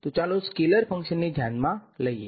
તો ચાલો સ્કેલેર ફંકશનને ધ્યાનમાં લઈએ